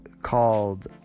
called